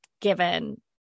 given